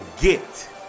get